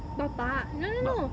bapa no no no